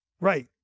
Right